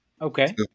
Okay